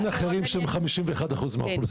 אין אחרים שהם 51% מהאוכלוסייה.